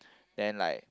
then like